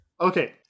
Okay